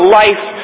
life